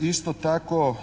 Isto tako